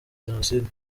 jenoside